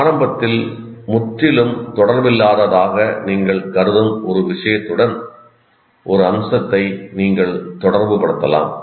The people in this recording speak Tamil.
ஆரம்பத்தில் முற்றிலும் தொடர்பில்லாததாக நீங்கள் கருதும் ஒரு விஷயத்துடன் ஒரு அம்சத்தை நீங்கள் தொடர்புபடுத்தலாம்